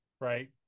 right